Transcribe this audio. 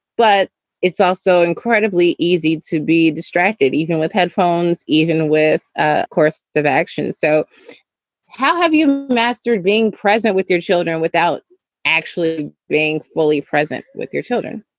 but it's also incredibly easy to be distracted, even with headphones, even with a course of action. so how have you mastered being present with your children without actually being fully present with your children?